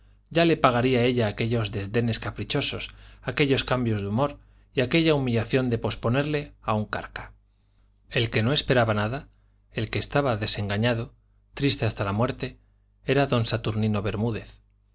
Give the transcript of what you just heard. ya le pagaría ella aquellos desdenes caprichosos aquellos cambios de humor y aquella humillación de posponerle a un carca el que no esperaba nada el que estaba desengañado triste hasta la muerte era don saturnino bermúdez